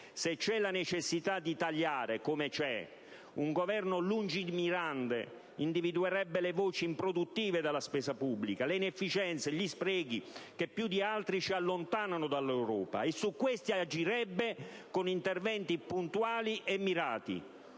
alla necessità di tagliare - che c'è - un Governo lungimirante individuerebbe le voci improduttive della spesa pubblica, le inefficienze e gli sprechi, che più di altri ci allontanano dall'Europa, e su questo agirebbe con interventi puntuali e mirati.